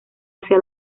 hacia